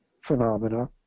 phenomena